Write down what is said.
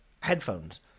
headphones